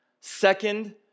Second